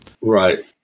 Right